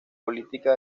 política